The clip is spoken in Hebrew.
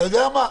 אתה יודע מה,